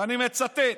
ואני מצטט: